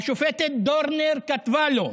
והשופטת דורנר כתבה לו: